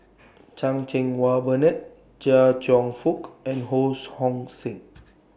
Chan Cheng Wah Bernard Chia Cheong Fook and Ho Hong Sing